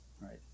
right